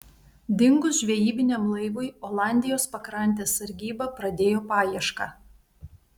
dingus žvejybiniam laivui olandijos pakrantės sargyba pradėjo paiešką